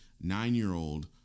nine-year-old